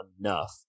enough